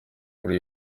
kuri